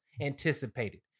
anticipated